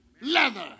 leather